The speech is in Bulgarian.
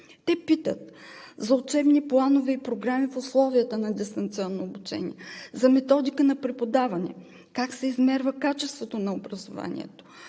Те питат за учебни планове и програми в условията на дистанционно обучение, за методика на преподаване, как се измерва качеството на образованието,